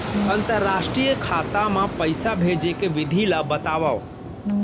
अंतरराष्ट्रीय खाता मा पइसा भेजे के विधि ला बतावव?